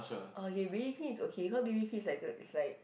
okay b_b cream is okay cause b_b cream is like a is like